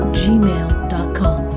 gmail.com